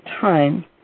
time